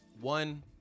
one